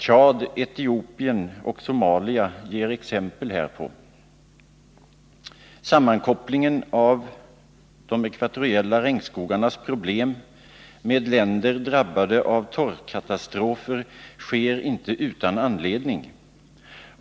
Tchad, Etiopien och Somalia ger exempel härpå. Sammankopplingen av problemen med de ekvatoriella regnskogarna med problemen i länder drabbade av torrkatastrofer sker inte utan anledning.